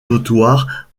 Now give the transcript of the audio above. notoires